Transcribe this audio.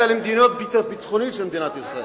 אלא למדיניות הביטחונית של מדינת ישראל?